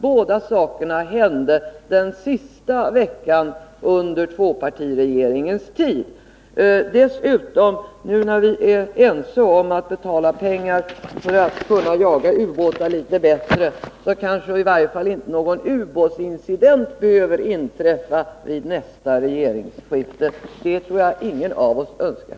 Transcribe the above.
Båda sakerna hände den sista veckan under tvåpartiregeringens tid. När vi dessutom nu är ense om att anslå mer pengar för att klara ubåtsjakten litet bättre, behöver kanske inte någon ubåtsincident inträffa vid nästa regeringsskifte. Det tror jag ingen av oss önskar.